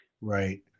Right